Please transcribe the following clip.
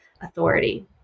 authority